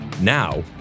Now